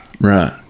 Right